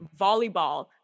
volleyball